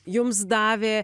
jums davė